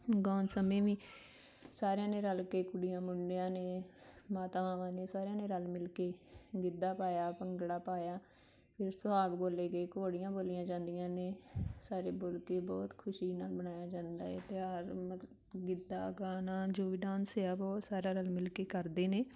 ਗਾਉਣ ਸਮੇਂ ਵੀ ਸਾਰਿਆਂ ਨੇ ਰਲ ਕੇ ਕੁੜੀਆਂ ਮੁੰਡਿਆਂ ਨੇ ਮਾਤਾਵਾਂ ਨੇ ਸਾਰਿਆਂ ਨੇ ਰਲ ਮਿਲ ਕੇ ਗਿੱਧਾ ਪਾਇਆ ਭੰਗੜਾ ਪਾਇਆ ਫਿਰ ਸੁਹਾਗ ਬੋਲੇ ਗਏ ਘੋੜੀਆਂ ਬੋਲੀਆਂ ਜਾਂਦੀਆਂ ਨੇ ਸਾਰੇ ਮਿਲ ਕੇ ਬਹੁਤ ਖੁਸ਼ੀ ਨਾਲ ਮਨਾਇਆ ਜਾਂਦਾ ਇਹ ਤਿਉਹਾਰ ਮਤ ਗਿੱਧਾ ਗਾਣਾ ਜੋ ਵੀ ਡਾਂਸ ਆ ਬਹੁਤ ਸਾਰਾ ਰਲ ਮਿਲ ਕੇ ਕਰਦੇ ਨੇ